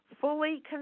Fully